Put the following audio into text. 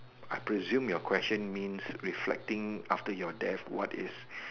I presume your question means reflecting after your death what is